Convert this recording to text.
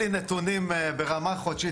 יש לי נתונים ברמה חודשית.